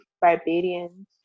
Barbadians